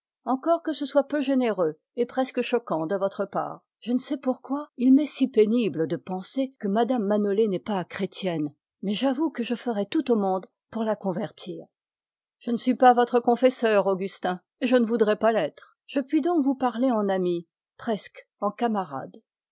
encore que ce soit peu généreux de votre part je ne sais pourquoi il m'est si pénible de penser que mme manolé n'est pas chrétienne mais j'avoue que je ferais tout au monde pour la convertir je ne suis pas votre confesseur augustin et je ne voudrais pas l'être je puis donc vous parler en ami